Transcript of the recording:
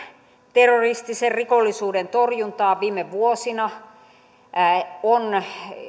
terroristisen rikollisuuden torjuntaan viime vuosina